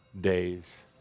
days